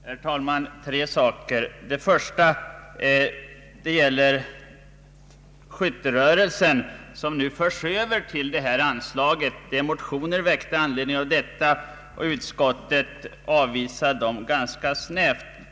Herr talman! Jag vill ta upp tre saker. Den första är bidraget till skytterörelsen, som nu föreslås överfört till idrottsanslaget. Motioner har väckts med anledning därav, men utskottet avvisar dem ganska snävt.